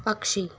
पक्षी